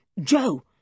Joe